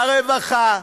הרווחה,